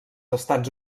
estats